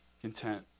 content